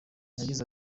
yagize